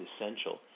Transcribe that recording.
essential